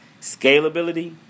scalability